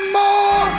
more